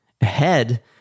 Ahead